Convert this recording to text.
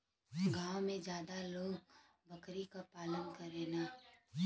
गांव में गरीब लोग जादातर बकरी क पालन करलन